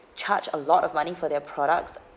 charge a lot of money for their products